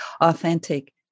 authentic